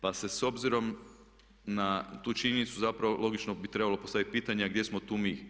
Pa se s obzirom na tu činjenicu zapravo logično bi trebalo postaviti pitanje a gdje smo tu mi?